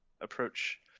approach